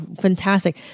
fantastic